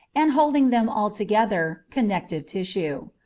and, holding them all together, connective tissue.